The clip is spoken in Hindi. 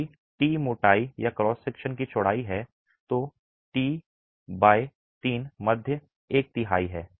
यदि टी मोटाई या क्रॉस सेक्शन की चौड़ाई है तो t 3 मध्य एक तिहाई है